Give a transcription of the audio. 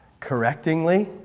correctingly